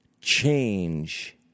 change